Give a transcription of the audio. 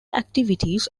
activities